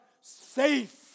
safe